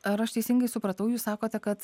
ar aš teisingai supratau jūs sakote kad